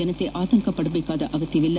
ಜನತೆ ಆತಂಕಪಡುವ ಅಗತ್ಯವಿಲ್ಲ